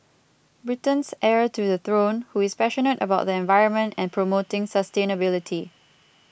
Britain's heir to the throne who is passionate about the environment and promoting sustainability